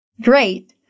Great